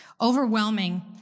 Overwhelming